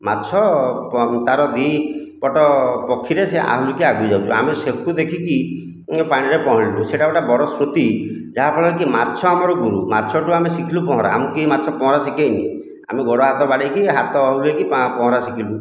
ମାଛ ତା'ର ଦୁଇ ପଟ ପଖୀରେ ସେ ଆହୁରିକି ଆଗକୁ ଯାଉଛି ଆମେ ସେହିଠୁ ଦେଖିକି ପାଣିରେ ପହଁରିଲୁ ସେହିଟା ଗୋଟିଏ ବଡ଼ ସ୍ମୃତି ଯାହା ଫଳରେ କି ମାଛ ଆମର ଗୁରୁ ମାଛ ଠୁ ଆମେ ଶିଖିଲୁ ପହଁରା ଆମକୁ କେହି ମାଛ ପହଁରା ଶିଖାଇନି ଆମେ ଗୋଡ଼ ହାତ ବାଡ଼ାଇକି ହାତ ହଲାଇକି ପହଁରା ଶିଖିଲୁ